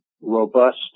robust